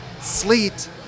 sleet